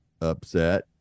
upset